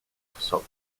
зогсов